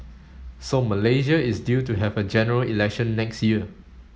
so Malaysia is due to have a General Election next year